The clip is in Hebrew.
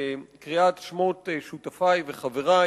בקריאת שמות שותפי וחברי